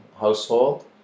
household